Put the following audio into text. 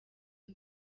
y’u